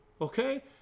Okay